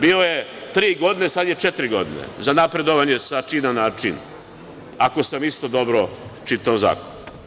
Bio je tri godine, sada je četiri godine, za napredovanje sa čina na čin, ako sam dobro čitao zakon.